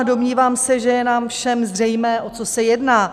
Domnívám se, že je nám všem zřejmé, o co se jedná.